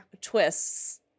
twists